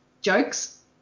jokes